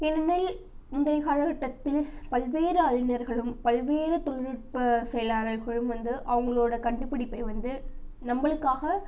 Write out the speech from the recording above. ஏனெனில் முந்தைய காலக்கட்டத்தில் பல்வேறு அறிஞர்களும் பல்வேறு தொழில்நுட்ப செயலாளர்களும் வந்து அவங்களோட கண்டுப்பிடிப்பை வந்து நம்மளுக்காக